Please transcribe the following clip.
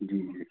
जी जी